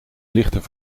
lichten